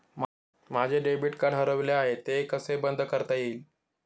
माझे debit card हरवले आहे ते कसे बंद करता येईल?